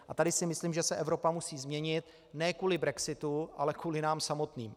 A tady si myslím, že se Evropa musí změnit ne kvůli brexitu, ale kvůli nám samotným.